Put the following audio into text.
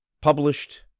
Published